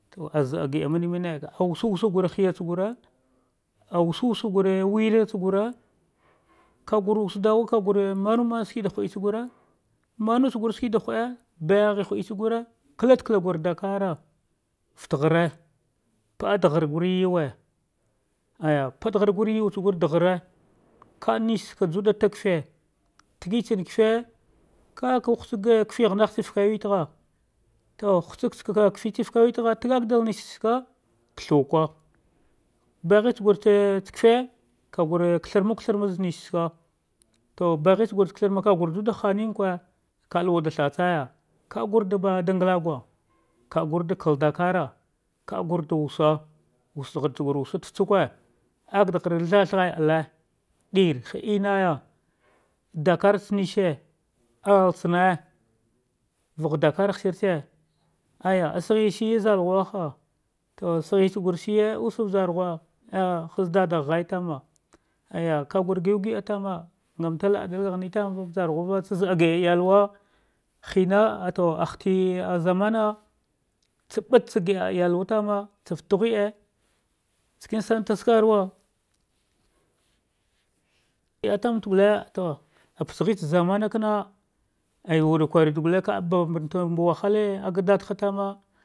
To aza ah gi ah mane mane, ah wusuwa gura hiya tsa gure, wusu wusu gur wera tsa gure kagur wusabwa vagur mameme shira da ghitsagure, bagha hude tsagine kablakagur dakara fataghare paɗadaghar gar yuwe afa paɗadaghar gure guwa tsa ghuda ghere ka msaka adwa da taga kife tagitsam kefa ka ka hutsaga kafe ghanatsi to hudatsu nefe unba fakagh wilgha to hugtsa kafe ghara na wath wuhgha kathaw ka, banghetsa gure tsa kafe kaqur katharma hazga nashi tsuka kaqur juwa da hane kwe kaluwa da satsar kaqurtaba da ngalgu kagurde lalghara kagurda wusa wubda gure da futsuke, ak degra zal thaghe dale ari ha lenaya, dakentsa mishi, atsane vagha dakaregh shitse, aya ashiye shiye zalghu to shigh use vjarghu ahaz dadagha gha, tana aji ka gur gira guab, njata detgane taneva, zaab gida yalwa, shine wato ah hinta zamana tsa bat dsatfate gughedatsakina santa skerwa eya tama ta gule to a pajghetsa zmmakan aya we tarkarwude gule to nugu wahuda ha tama.